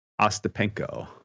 Ostapenko